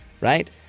right